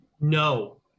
No